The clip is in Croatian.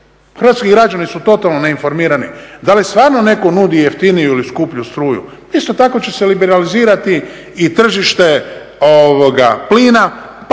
Hrvatski građani su totalno neinformirani, da li netko stvarno netko nudi jeftiniju ili skuplju struju, isto tako će se liberalizirati i tržište plina pa